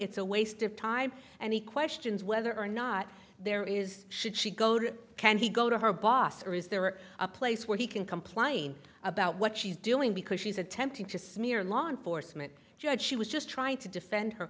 it's a waste of time and he questions whether or not there is should she go to can he go to her boss or is there a place where he can complain about what she's doing because she's attempting to smear law enforcement judge she was just trying to defend her